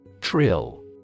Trill